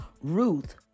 Ruth